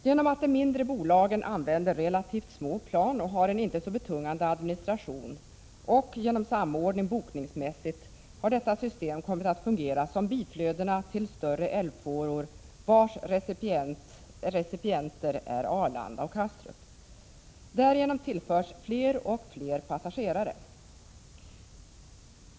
Genom att de mindre bolagen använder relativt små plan och har en inte så betungande administration och genom att samordning sker bokningsmässigt har detta system kommit att fungera som biflödena till större älvfåror, vars recipienter är Arlanda och Kastrup. Därigenom tillförs fler och fler passagerare.